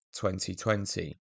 2020